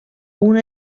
una